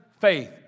faith